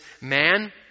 man